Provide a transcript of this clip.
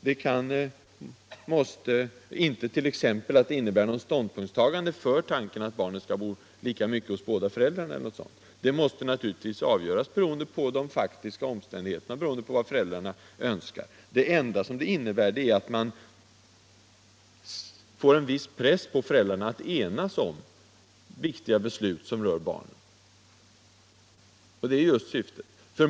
Det innebär t.ex. inte något ställningstagande för tanken att barnen bör bo lika mycket hos båda föräldrarna. Det måste naturligtvis bero på de faktiska omständigheterna och vad föräldrarna vill. Det enda som det inntebär är att man får en viss press på föräldrarna att enas om viktiga beslut som rör barnen, och det är just syftet.